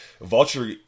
Vulture